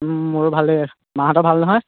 মোৰো ভালেই মাহঁতৰ ভাল নহয়